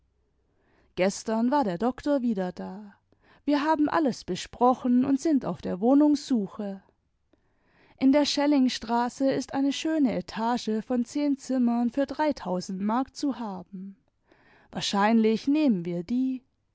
gestern war der doktor wieder da wir haben alles besprochen und sind auf der wohnimgssuche in der schellingstraße ist eine schöne etage von zehn zimmern für dreitausend mark zu haben wahrscheinlich nehmen wir die